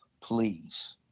please